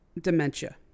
dementia